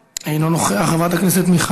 חבר הכנסת מאיר כהן,